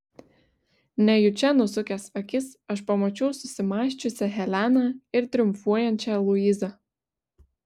nejučia nusukęs akis aš pamačiau susimąsčiusią heleną ir triumfuojančią luizą